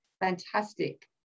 fantastic